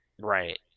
Right